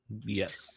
Yes